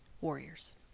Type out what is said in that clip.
warriors